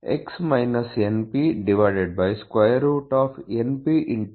ಆದ್ದರಿಂದ x - npnp